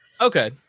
Okay